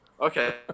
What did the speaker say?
okay